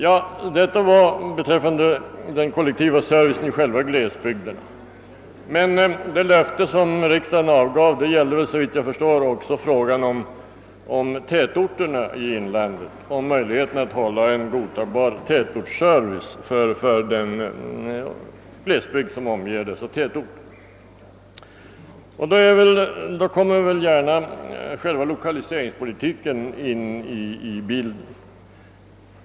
Vad jag nu sagt avser den kollektiva servicen i själva glesbygderna, men det löfte riksdagen gav gäller, såvitt jag förstår, också frågan om tätorterna i Norrland och möjligheterna att där hålla en godtagbar service för den glesbygd som omger dessa tätorter. Då kommer väl själva lokaliseringspolitiken in i bilden.